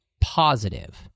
positive